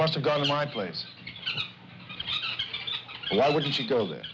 must have gotten my place why would she go there